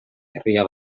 herria